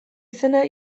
izena